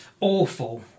awful